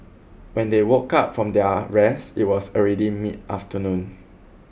when they woke up from their rest it was already mid afternoon